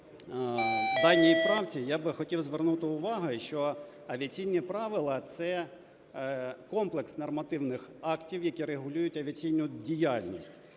даній правці, я би хотів звернути увагу, що авіаційні правила, це комплекс нормативних актів, які регулюють авіаційну діяльність,